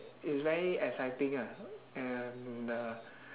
it's very exciting ya and uh